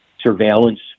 surveillance